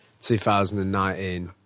2019